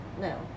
No